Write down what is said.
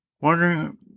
wondering